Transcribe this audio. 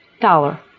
dollar